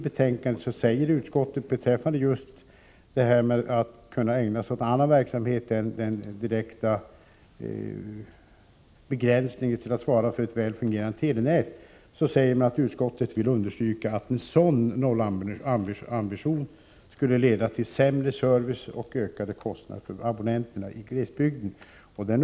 Beträffande just detta att televerket skall kunna ägna sig åt annan verksamhet än den direkt begränsade delen att svara för ett väl fungerande telenät vill utskottet i betänkandet understryka att en nollambition skulle leda till sämre service och ökade kostnader för abonnenterna i glesbygden.